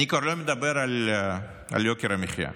אני כבר לא מדבר על יוקר המחיה.